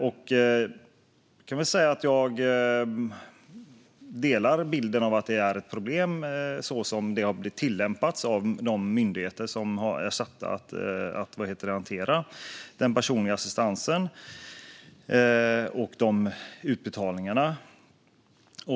Jag kan säga att jag delar bilden av att det är ett problem så som det har tillämpats av de myndigheter som är satta att hantera den personliga assistansen och de utbetalningarna.